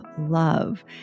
love